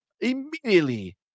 immediately